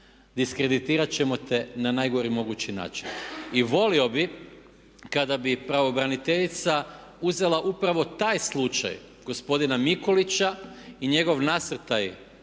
diskreditirati ćemo te na najgori mogući način. I volio bih kada bi pravobraniteljica uzela upravo taj slučaj gospodina Mikulića i njegov nasrtaj